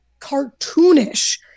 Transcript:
cartoonish